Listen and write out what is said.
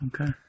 Okay